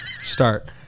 Start